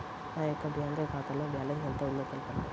నా యొక్క బ్యాంక్ ఖాతాలో బ్యాలెన్స్ ఎంత ఉందో తెలపండి?